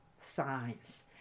science